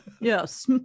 Yes